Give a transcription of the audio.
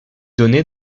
donné